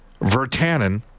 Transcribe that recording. Vertanen